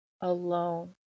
alone